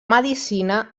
medicina